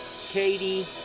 Katie